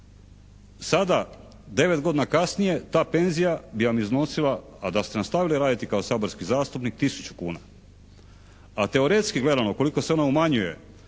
Sada, 9 godina kasnije ta penzija bi vam iznosila a da ste nastavili raditi kao saborski zastupnik 1000 kuna. A teoretski gledano koliko se ona umanjuje